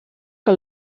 que